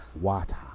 water